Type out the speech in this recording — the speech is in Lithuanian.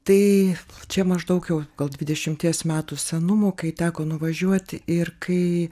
tai čia maždaug jau gal dvidešimties metų senumo kai teko nuvažiuoti ir kai